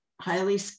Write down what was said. highly